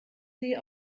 sie